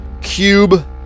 Cube